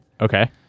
okay